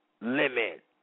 limit